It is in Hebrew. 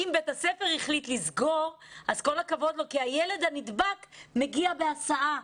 אם בית הספר החליט לסגור אז כל הכבוד לו כי הילד הנדבק מגיע בהסעה,